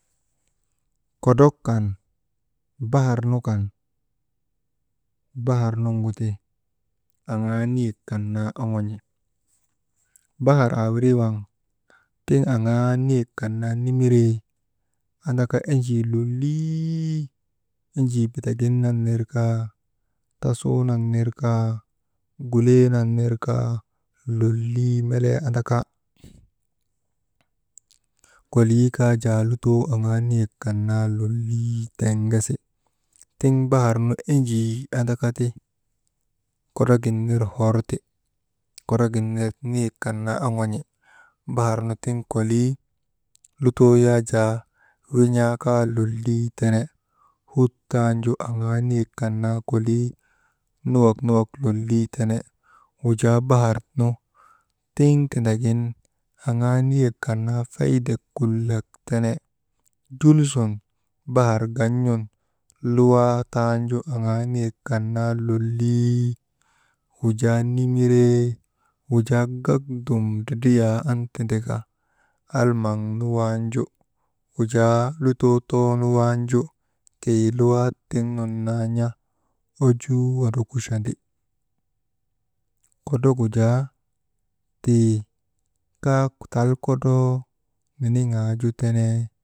Kodrok kan bahar nu kan, bahar nuŋuti aŋaa niyek kan naa oŋon̰i. Bahar aayirii waŋ tiŋ aŋaa niyek kan naa, nimiree andaka enjii lollii, enjii bitagin nan naa kaa, tasun nan ner kaa, gulee nan ner kaa lollii melee andaka kolii kaa jaa lutoo aŋaa niyek kan naa lollii tiŋgesi. Tiŋ bahar nu enjii andakati kodrogin ner hor ti, kodrogin ner niyek kan naa oŋon̰i. Bahar tiŋ kolii lutoo yaa jaa win̰aa kaa lollii tene. Hut taanu ju, aŋaa niyek kan naa kollii nuwak nuwak lollii tene. Wujaa bahar nu tiŋ tindagin aŋaa niyek kan naa faydek kulak tene jul sun bahar gan̰nun luwaa taanu ju aŋa niyek kan naa lollii, wujaa nimiree, wujaa gak dum dridriyaa an tindaka almaŋ waanju, wujaa lutoo toonu waanju, keyi luwaa tiŋ nun naa n̰a ojuu wondrokuchandi. Kodrgujaa tii kaa tal kodroo niniŋaa ju tene.